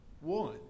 one